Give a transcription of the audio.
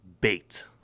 bait